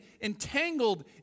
entangled